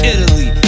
Italy